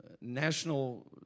National